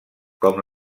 com